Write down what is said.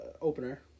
opener